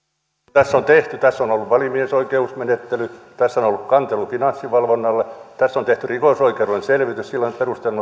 tässä on tehty tässä on on ollut välimiesoikeusmenettely tässä on ollut kantelu finanssivalvonnalle tässä on tehty rikosoikeudellinen selvitys ja sillä perusteella